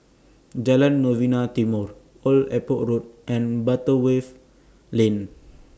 Jalan Novena Timor Old Airport Or Road and Butterworth Lane